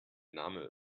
name